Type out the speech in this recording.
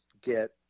get